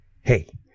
Hey